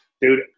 Dude